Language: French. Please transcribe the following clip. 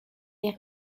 est